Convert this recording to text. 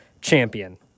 champion